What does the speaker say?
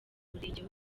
murenge